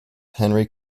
henry